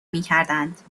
میکردند